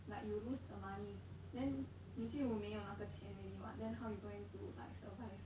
like you lose the money then 你就没有那个钱 already [what] then how you going to like survive